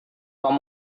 tom